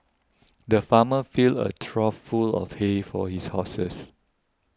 the farmer filled a trough full of hay for his horses